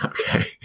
Okay